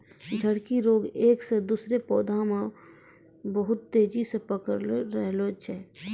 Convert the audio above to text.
झड़की रोग एक से दुसरो पौधा मे बहुत तेजी से पकड़ी रहलो छै